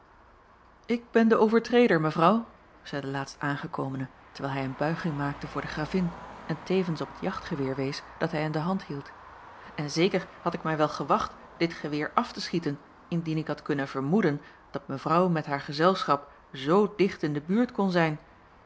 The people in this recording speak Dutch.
ik ben de overtreder mevrouw zeî de laatstaangekomene terwijl hij een buiging maakte voor de gravin en tevens op het jachtgeweer wees dat hij in de hand hield en zeker had ik mij wel gewacht dit geweer af te schieten indien ik had kunnen vermoeden dat mevrouw met haar gezelschap zoo dicht in de buurt kon zijn